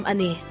Ani